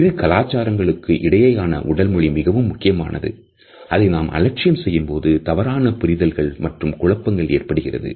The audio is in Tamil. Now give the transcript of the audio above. இரு கலாச்சாரங்களுக்கு இடையேயான உடல் மொழி மிகவும் முக்கியமானது அதை நாம் அலட்சியம் செய்யும்போது தவறான புரிதல்கள் மற்றும் குழப்பங்கள் ஏற்படுகின்றன